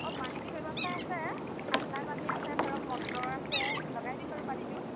অঁ পানীটো ব্যৱস্থা আছে চাপ্লাই পানী আছে ধৰক মটৰ আছে লগাই দিম বাৰু পানীটো